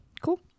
cool